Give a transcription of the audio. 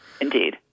Indeed